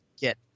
get